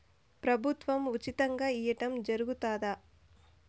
ప్రభుత్వం ఉచితంగా ఇయ్యడం జరుగుతాదా?